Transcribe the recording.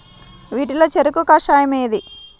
వీటిలో చెరకు కషాయం ఏది?